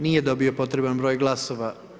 Nije dobio potreban broj glasova.